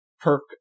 perk